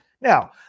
Now